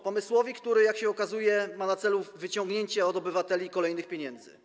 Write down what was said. Pomysłowi, który jak się okazuje, ma na celu wyciągnięcie od obywateli kolejnych pieniędzy.